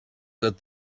that